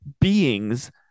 beings